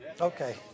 Okay